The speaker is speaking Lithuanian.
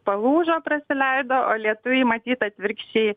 palūžo prasileido o lietuviai matyt atvirkščiai